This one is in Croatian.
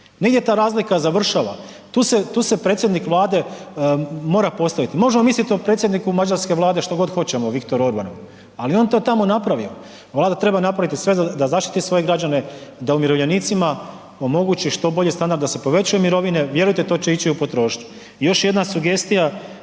Negdje ta razlika završava. Tu se predsjednik Vlade mora postaviti. Možemo misliti o predsjedniku mađarske vlade o Viktoru Orbanu, ali on je to tamo napravio. Vlada treba napraviti sve da zaštiti svoje građane, da umirovljenicima omogući što bolji standard da se povećaju mirovine, vjerujte to će ići u potrošnju.